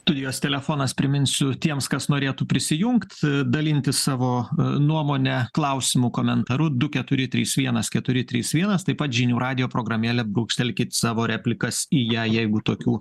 tudijos telefonas priminsiu tiems kas norėtų prisijungt dalintis savo nuomone klausimu komentaru du keturi trys vienas keturi trys vienas taip pat žinių radijo programėle brūkštelkit savo replikas į ją jeigu tokių